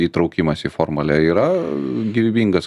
įtraukimas į formulę yra gyvybingas